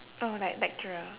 oh like lecturer